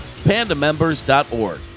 pandamembers.org